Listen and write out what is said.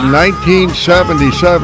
1977